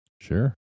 Sure